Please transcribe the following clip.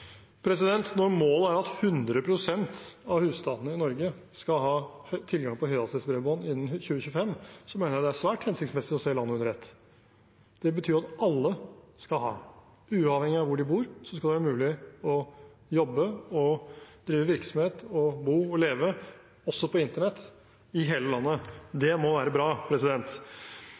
Når målet er at 100 pst. av husstandene i Norge skal ha tilgang på høyhastighetsbredbånd innen 2025, mener jeg det er svært hensiktsmessig å se landet under ett. Det betyr at alle, uavhengig av hvor de bor, skal ha mulighet til å jobbe og drive virksomhet, bo og leve, også på internett, i hele landet. Det må være bra.